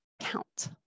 count